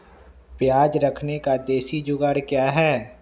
प्याज रखने का देसी जुगाड़ क्या है?